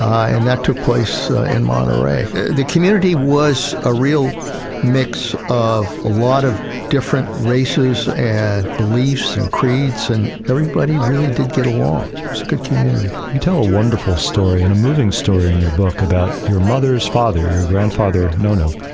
and that took place in monterey. the community was a real mix of a lot of different races and beliefs and creeds and everybody really did get along. it's a good community. you tell a wonderful story, and a moving story in your book, about your mother's father, your grandfather, nonno.